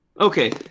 Okay